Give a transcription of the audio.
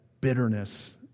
bitterness